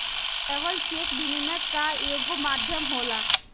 traveller cheque विनिमय कअ एगो माध्यम होला